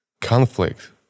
conflict